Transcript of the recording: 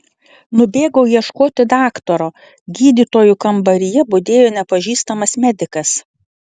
nubėgau ieškoti daktaro gydytojų kambaryje budėjo nepažįstamas medikas